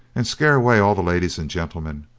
and scare away all the ladies and gentlemen,